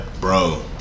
Bro